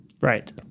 right